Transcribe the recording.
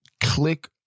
click